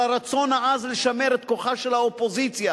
על הרצון העז לשמר את כוחה של האופוזיציה